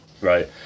Right